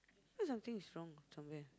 something is wrong somewhere